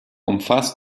umfasst